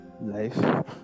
life